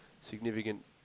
significant